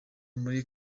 muri